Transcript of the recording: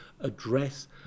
address